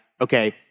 okay